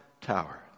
tower